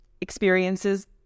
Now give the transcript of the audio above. experiences